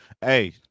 hey